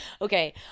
okay